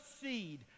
seed